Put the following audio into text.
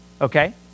Okay